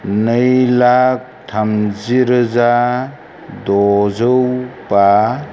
नै लाख थामजि रोजा द'जौ बा